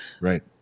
right